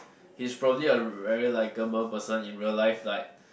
he's probably a very likable person in real life like